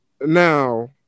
Now